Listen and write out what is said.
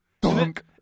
Dunk